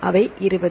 அவை 20